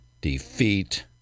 defeat